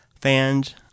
fans